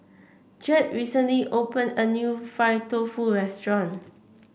Jett recently opened a new Fried Tofu restaurant